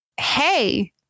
hey